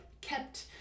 kept